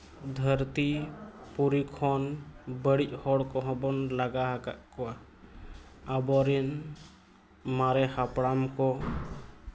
ᱫᱷᱟᱹᱨᱛᱤ ᱯᱩᱨᱤ ᱠᱷᱚᱱ ᱵᱟᱹᱲᱤᱡ ᱦᱚᱲ ᱠᱚ ᱦᱚᱸ ᱵᱚᱱ ᱞᱟᱜᱟ ᱟᱠᱟᱜ ᱠᱚᱣᱟ ᱟᱵᱚ ᱨᱮᱱ ᱢᱟᱨᱮ ᱦᱟᱯᱲᱟᱢ ᱠᱚ